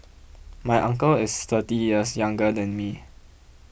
my uncle is thirty years younger than me